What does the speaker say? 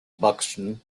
buxton